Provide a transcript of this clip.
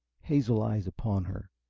hazel eyes upon her,